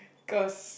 cause